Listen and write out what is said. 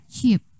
cheap